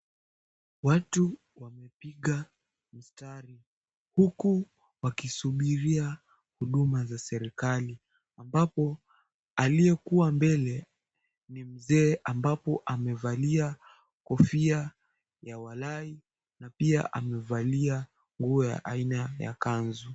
Watu wamepiga mstari huku wakisubiria huduma za serikali, ambapo aliyekuwa mbele ni mzee ambabpo aliyevalia kofia ya walaic na pia amevalia nguo ya aina ya kanzu.